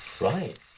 Right